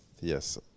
Yes